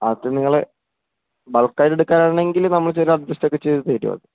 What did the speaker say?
അതു നിങ്ങള് ബള്ക്കായിട്ടെടുക്കാനാണെങ്കില് നമ്മള് ചില അഡ്ജസ്റ്റൊക്കെ ചെയ്തു തരുമത്